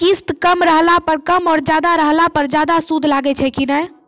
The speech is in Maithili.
किस्त कम रहला पर कम और ज्यादा रहला पर ज्यादा सूद लागै छै कि नैय?